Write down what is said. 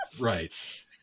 Right